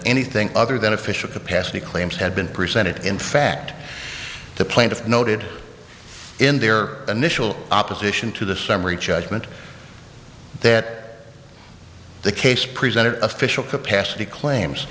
anything other than official capacity claims had been presented in fact the plaintiff noted in their initial opposition to the summary judgment that the case presented official capacity claims